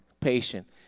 patient